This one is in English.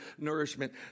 nourishment